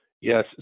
Yes